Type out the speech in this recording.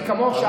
היא כמוך,